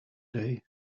day